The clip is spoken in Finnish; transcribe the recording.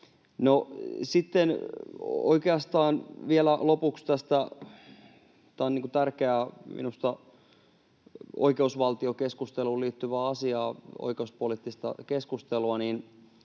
sitten oikeastaan vielä lopuksi tästä... Tämä on minusta tärkeää oikeusvaltiokeskusteluun liittyvää asiaa, oikeuspoliittista keskustelua, niin